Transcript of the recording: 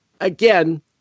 again